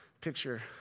picture